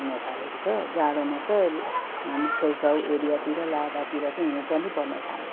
हुन थालेको छ जाडोमा त हामी छेउछाउ एरियातिर लाभातिर हिउँ पनि पर्न थालेको छ